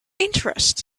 interest